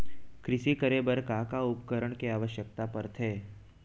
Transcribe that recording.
कृषि करे बर का का उपकरण के आवश्यकता परथे?